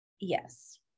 yes